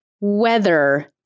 weather